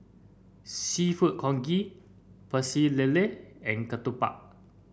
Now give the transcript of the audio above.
seafood congee Pecel Lele and ketupat